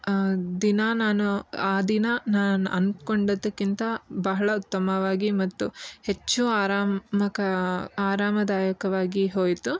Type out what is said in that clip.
ದಿನ ನಾನು ಆ ದಿನ ನಾನು ಅನ್ಕೊಂಡಿದ್ದಕ್ಕಿಂತ ಬಹಳ ಉತ್ತಮವಾಗಿ ಮತ್ತು ಹೆಚ್ಚು ಆರಾಮ ಆರಾಮದಾಯಕವಾಗಿ ಹೋಯಿತು